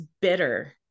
bitter